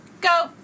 Go